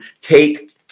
take